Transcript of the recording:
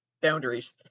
boundaries